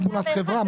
אמבולנס חברה,